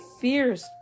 fierce